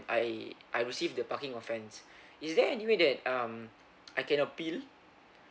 I I receive the parking offence is there anyway that um I can appeal